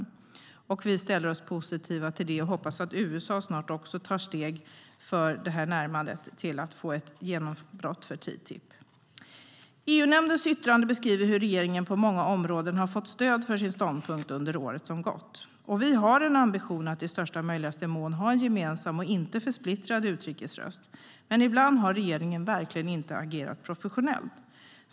Kristdemokraterna ställer sig positiva till detta och hoppas att USA också snart tar steg för att få ett genombrott för TTIP. EU-nämndens yttrande beskriver hur regeringen på många områden har fått stöd för sin ståndpunkt under året som gått, och vi har en ambition att i största möjliga mån ha en gemensam och inte alltför splittrad utrikesröst. Men ibland har regeringen verkligen inte agerat professionellt.